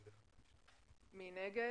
מי נגד?